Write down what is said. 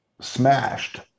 smashed